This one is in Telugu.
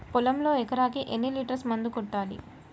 పొలంలో ఎకరాకి ఎన్ని లీటర్స్ మందు కొట్టాలి?